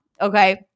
Okay